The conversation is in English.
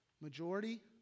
majority